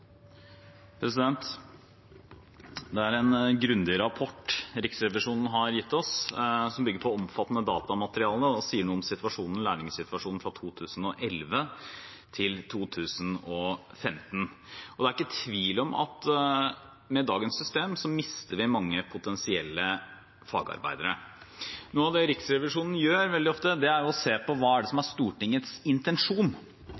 en grundig rapport Riksrevisjonen har gitt oss. Den bygger på omfattende datamateriale og sier noe om lærlingsituasjonen fra 2011 til 2015. Det er ikke tvil om at med dagens system mister vi mange potensielle fagarbeidere. Noe Riksrevisjonen gjør veldig ofte, er å se på hva som er Stortingets intensjon – hva er det Stortinget har som